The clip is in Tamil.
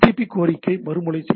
கோரிக்கை மறுமொழி செய்திகள்